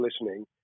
listening